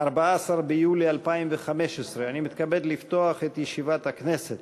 14 ביולי 2015. אני מתכבד לפתוח את ישיבת הכנסת.